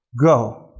Go